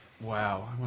Wow